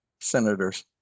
senators